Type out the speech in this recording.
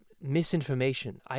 misinformation